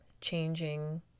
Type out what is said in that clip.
changing